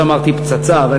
אז אמרתי "פצצה", אבל